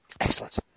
Excellent